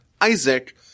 Isaac